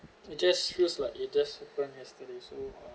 it just feels like it just happened yesterday so uh